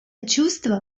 чувство